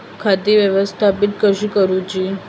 खाती व्यवस्थापित कशी करूची?